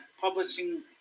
publishing